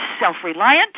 self-reliant